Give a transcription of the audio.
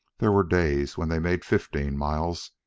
there were days when they made fifteen miles,